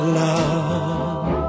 love